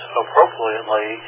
appropriately